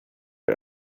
you